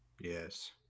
Yes